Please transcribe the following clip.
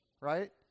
right